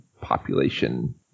population